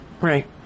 Right